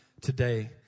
today